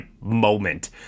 moment